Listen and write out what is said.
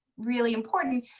really important.